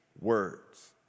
words